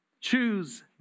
Choose